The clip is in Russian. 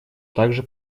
также